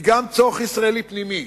היא גם צורך ישראלי פנימי.